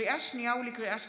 לקריאה שנייה ולקריאה שלישית: